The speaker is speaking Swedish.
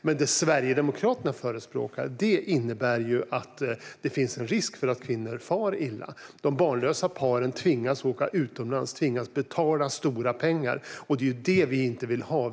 Det som Sverigedemokraterna förespråkar innebär dock en risk för att kvinnor far illa. De barnlösa paren tvingas åka utomlands och betala dyra pengar. Det är det som vi inte vill ha.